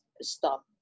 stopped